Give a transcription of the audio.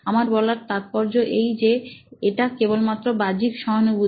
আমার বলার তাৎপর্য এই যে এটা কেবলমাত্র বাহ্যিক সহানুভূতি